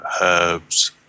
herbs